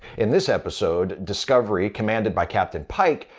in this episode, discovery, commanded by captain pike,